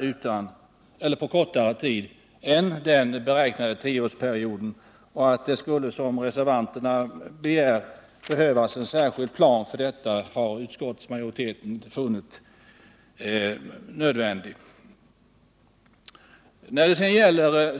utbildningsprogrammet på kortare tid än den beräknade tioårsperioden. Att det, som reservanterna begär, skulle behövas en särskild plan för detta har utskottets majoritet inte ansett.